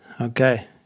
Okay